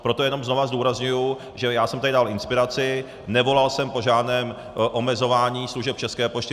Proto jenom znova zdůrazňuji, že já jsem tady dal inspiraci, nevolal jsem po žádném omezování služeb České pošty.